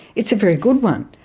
it's a very good one.